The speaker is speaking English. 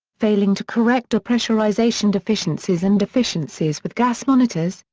failing to correct de-pressurization deficiencies and deficiencies with gas monitors,